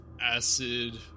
acid